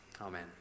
amen